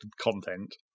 content